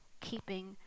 keeping